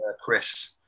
Chris